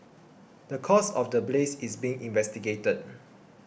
the cause of the blaze is being investigated